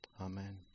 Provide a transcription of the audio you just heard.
Amen